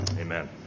Amen